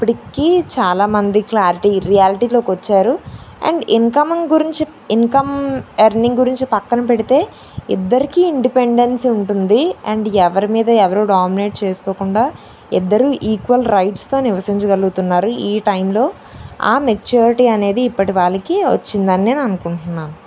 ఇప్పటికి చాలామంది క్లారిటీ రియాల్టీలోకి వచ్చారు అండ్ ఇన్కమంగ్ గురించి ఇన్కమ్ ఎర్నింగ్ గురించి పక్కన పెడితే ఇద్దరికి ఇండిపెండెన్సీ ఉంటుంది అండ్ ఎవరి మీద ఎవరు డామినేట్ చేసుకోకుండా ఇద్దరు ఈక్వల్ రైట్స్తో నివసించగలుగుతున్నారు ఈ టైంలో ఆ మెచ్యూరిటీ అనేది ఇప్పటి వాళ్ళకి వచ్చిందని నేను అనుకుంటున్నాను